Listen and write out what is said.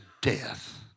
death